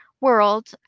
world